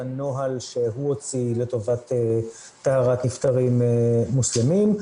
הנוהל שהוא הוציא לטובת טהרת נפטרים מוסלמים.